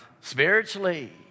spiritually